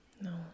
No